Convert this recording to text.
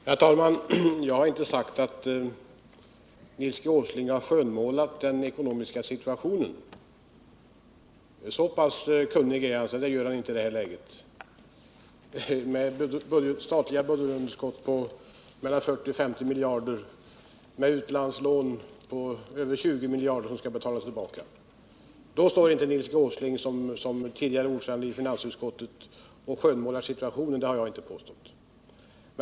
Herr talman! Jag har inte sagt att Nils G. Åsling har skönmålat den ekonomiska situationen. Så pass kunnig är han att han inte gör det i ett läge med ett statligt budgetunderskott på 40-50 miljarder kronor och med utlandslån på över 20 miljarder som skall betalas tillbaka. Att Nils G. Åsling som tidigare ordförande i finansutskottet i ett sådant läge skulle stå och skönmåla situationen, det har jag inte påstått.